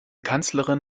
kanzlerin